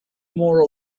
more